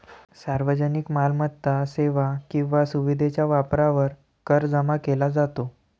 सार्वजनिक मालमत्ता, सेवा किंवा सुविधेच्या वापरावर कर जमा केला जातो